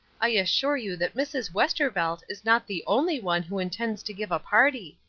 i assure you that mrs. westervelt is not the only one who intends to give a party.